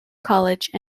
college